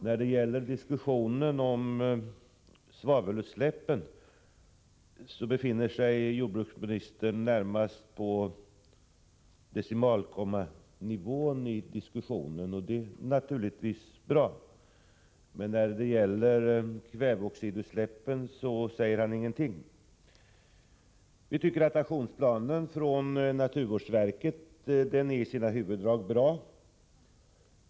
När det gäller svavelutsläppen befinner sig jordbruksministern närmast på decimalkommanivån i diskussionen, och det är naturligtvis bra. Men när det gäller kväveoxidutsläppen säger han ingenting. Vi tycker att aktionsplanen från naturvårdsverket är bra i sina huvuddrag.